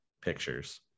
pictures